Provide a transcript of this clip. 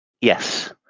Yes